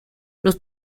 los